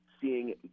seeing